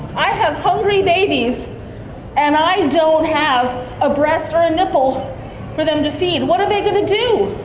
i have hungry babies and i don't have a breast or a nipple for them to feed. what are they going to do?